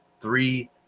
three